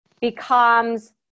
becomes